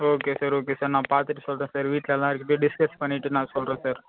okay sir okay sir நான் பார்த்துட்டு சொல்கிறேன் சார் வீட்டில் எல்லாேர் கிட்டேயும் டிஸ்கஸ் பண்ணிவிட்டு நான் சொல்கிறேன் சார்